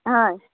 হয়